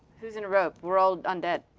who's in a robe? we're all undead.